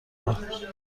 آورد